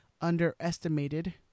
underestimated